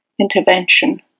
Intervention